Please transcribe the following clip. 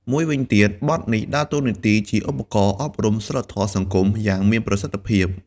មួយវិញទៀត បទនេះដើរតួនាទីជាឧបករណ៍ អប់រំសីលធម៌សង្គម យ៉ាងមានប្រសិទ្ធភាព។